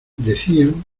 decían